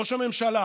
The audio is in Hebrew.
ראש הממשלה